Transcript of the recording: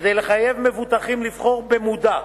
כדי לחייב מבוטחים לבחור במודע,